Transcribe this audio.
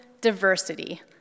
diversity